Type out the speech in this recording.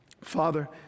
Father